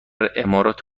امارات